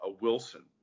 Wilson